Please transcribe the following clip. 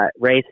race